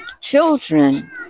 children